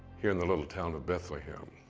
here in the little town of bethlehem.